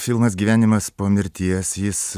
filmas gyvenimas po mirties jis